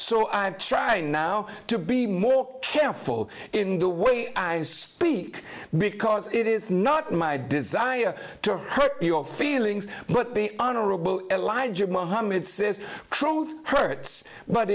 have tried now to be more careful in the way i speak because it is not my desire to hurt your feelings but the honorable elijah mohammed says truth hurts but